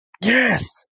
Yes